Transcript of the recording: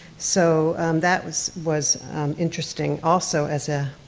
so that was was interesting, also, as a